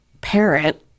parent